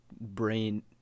brain